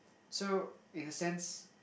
so in a sense